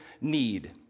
need